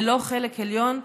ללא חלק עליון,